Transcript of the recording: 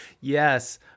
Yes